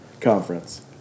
conference